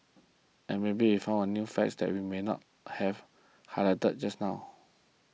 and maybe if I found a few fact that we may not have highlighted just now